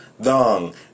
Dong